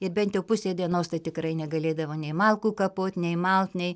ir bent jau pusė dienos tai tikrai negalėdavo nei malkų kapot nei malt nei